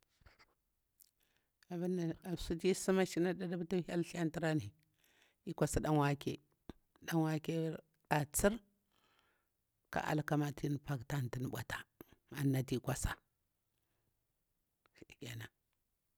Abinda ɗawa au suti sima shina ɗuɗu pani ti hyel thlutra ni. E kwas ɗan wake, dan waker atsir, kali alkam tin nda paktah anti nɗi bwatah anati kwasa shike nan.